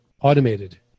automated